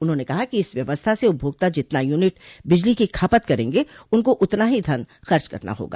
उन्होंने कहा कि इस व्यवस्था से उपभोक्ता जितना युनिट बिजली की खपत करेंगे उनकों उतना ही धन खर्च करना होगा